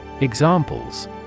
Examples